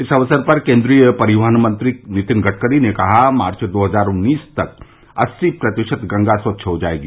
इस अवसर पर केन्द्रीय परिवहन मंत्री नितिन गडकरी ने कहा कि मार्व दो हजार उन्नीस तक अस्सी प्रतिशत गंगा स्वच्छ हो जायेगी